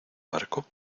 barco